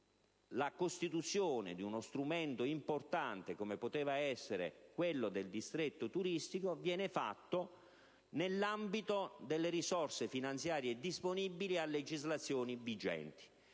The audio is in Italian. la costituzione di uno strumento importante, come poteva essere l'istituzione del distretto turistico, viene fatta nell'ambito delle risorse finanziarie disponibili a legislazione vigente.